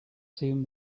seemed